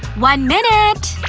one minute!